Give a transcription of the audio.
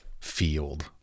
field